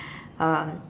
um